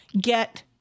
Get